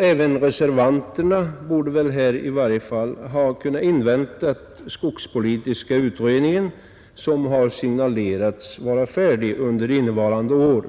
Även reservanterna borde väl ha kunnat invänta resultatet av skogspolitiska utredningens arbete, vilket ju beräknas kunna avslutas under innevarande år.